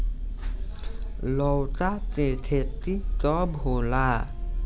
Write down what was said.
लौका के खेती कब होला?